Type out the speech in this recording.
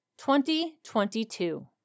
2022